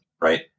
Right